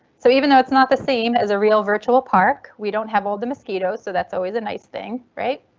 so even though it's not the same as a real virtual park, we don't have all the mosquitoes. so that's always a nice thing, right?